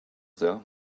their